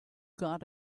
got